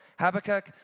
Habakkuk